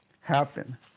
happen